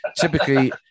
Typically